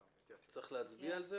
צריך להצביע.